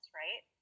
right